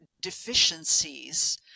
deficiencies